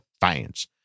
fans